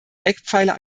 eckpfeiler